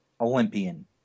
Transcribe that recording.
Olympian